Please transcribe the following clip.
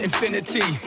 Infinity